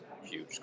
huge